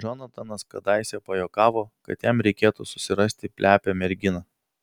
džonatanas kadaise pajuokavo kad jam reikėtų susirasti plepią merginą